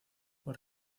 por